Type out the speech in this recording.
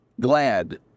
glad